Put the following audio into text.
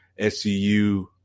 SCU